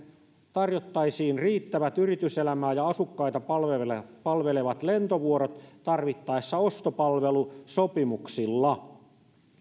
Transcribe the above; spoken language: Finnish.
tarjottaisiin riittävät yrityselämää ja asukkaita palvelevat palvelevat lentovuorot tarvittaessa ostopalvelusopimuksilla